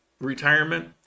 retirement